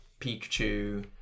Pikachu